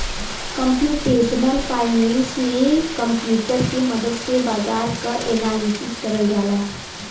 computational finance में computer के मदद से बाजार क एनालिसिस करल जाला